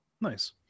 Nice